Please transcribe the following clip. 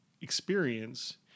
experience